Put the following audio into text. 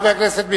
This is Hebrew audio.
חבר הכנסת מיכאלי,